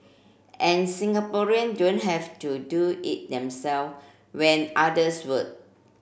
and Singaporean don't have to do it themselves when others would